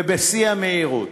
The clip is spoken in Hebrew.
ובשיא המהירות: